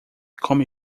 come